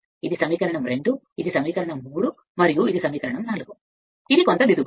ఇది సమీకరణం n2 ఇది సమీకరణం 3 మరియు ఇది సమీకరణం 4 వాస్తవానికి ఈ విధంగా కొంత దిద్దుబాటు